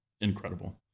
incredible